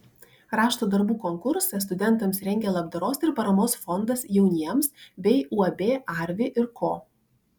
rašto darbų konkursą studentams rengia labdaros ir paramos fondas jauniems bei uab arvi ir ko